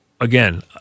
again